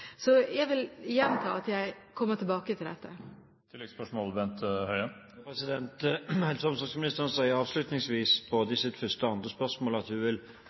Jeg vil gjenta at jeg kommer tilbake til dette. Helse- og omsorgsministeren sier avslutningsvis både i sitt første og andre svar at hun vil